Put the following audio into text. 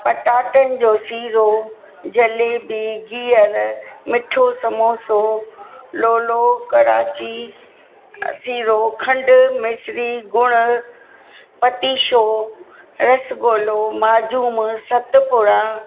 पटाटनि जो सीरो जलेबी गिहर मिठो समोसो लोलो कराची सीरो खंड मिसरी ॻुड़ पतीशो रसगुलो माजूम सतपुड़ा